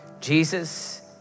Jesus